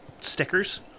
stickers